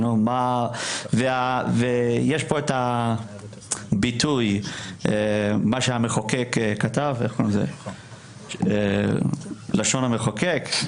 יש כאן את הביטוי שהמחוקק כתב, לשון המחוקק,